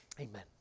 amen